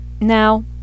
Now